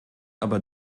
aber